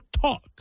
talk